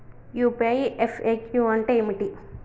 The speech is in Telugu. యూ.పీ.ఐ ఎఫ్.ఎ.క్యూ అంటే ఏమిటి?